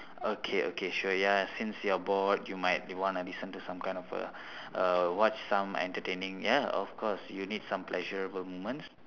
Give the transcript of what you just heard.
okay okay sure ya since you are bored you might want to listen to some kind err err watch some kind of entertaining ya of course you need some kind of pleasurable moment